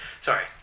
sorry